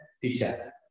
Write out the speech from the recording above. teacher